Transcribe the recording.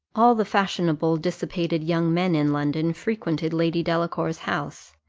all the fashionable dissipated young men in london frequented lady delacour's house,